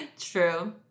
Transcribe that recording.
True